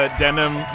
denim